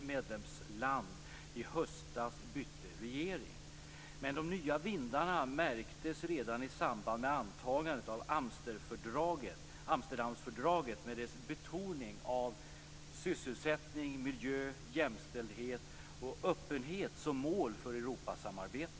medlemsland, i höstas bytte regering. Men de nya vindarna märktes redan i samband med antagandet av Amsterdamfördraget med dess betoning av sysselsättning, miljö, jämställdhet och öppenhet som mål för Europasamarbetet.